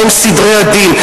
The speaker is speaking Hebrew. מהם סדרי הדין?